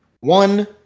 One